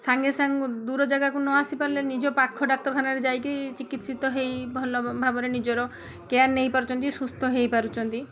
ସାଙ୍ଗେ ସାଙ୍ଗେ ଦୂର ଜାଗାକୁ ନ ଆସିପାରିଲେ ନିଜ ପାଖ ଡାକ୍ତରଖାନାରେ ଯାଇକି ଚିକିତ୍ସିତ ହେଇ ଭଲ ଭାବରେ ନିଜର କେୟାର୍ ନେଇପାରୁଛନ୍ତି ସୁସ୍ଥ ହେଇ ପାରୁଛନ୍ତି